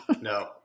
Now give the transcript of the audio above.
No